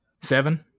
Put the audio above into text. Seven